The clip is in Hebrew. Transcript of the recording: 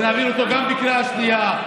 נעביר אותו גם בקריאה שנייה,